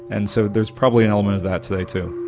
and so there's probably an element of that today too.